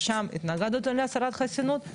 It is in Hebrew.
ששם התנגדנו להסרת חסינות,